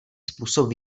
způsob